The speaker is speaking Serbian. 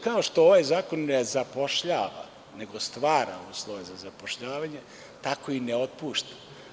Kao što ovaj zakon ne zapošljava, nego stvara uslove za zapošljavanje, tako i ne otpušta.